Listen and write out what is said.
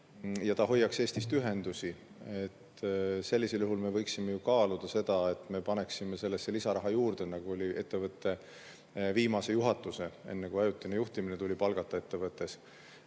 ja ta hoiaks Eestist ühendusi, siis me võiksime kaaluda seda, et me paneksime sellesse lisaraha juurde, nagu oli ettevõte viimase juhatuse plaan – enne, kui ajutine juhtimine tuli palgata ettevõttesse.